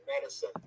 medicine